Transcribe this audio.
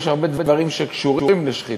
יש הרבה דברים שקשורים לשחיתות,